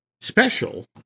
special